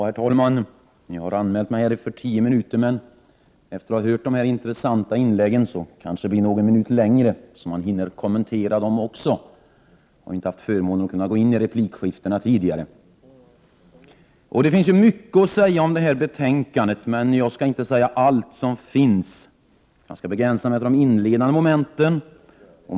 Herr talman! Jag har anmält mig för att tala i tio minuter, men efter att ha hört de här intressanta inläggen kanske jag behöver någon minut längre tid för att även kunna kommentera dessa inlägg. Jag har inte haft förmånen att kunna gå in i de tidigare replikskiftena. Det finns mycket att säga om detta betänkande, men jag skall begränsa mig till de inledande momenten.